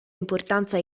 importanza